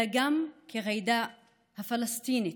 אלא גם כג'ידא הפלסטינית,